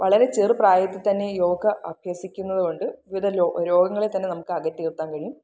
വളരെ ചെറുപ്രായത്തില് തന്നെ യോഗ അഭ്യസിക്കുന്നത് കൊണ്ട് വിവിധ രോഗങ്ങളെ തന്നെ നമുക്ക് അകറ്റി നിര്ത്താന് കഴിയും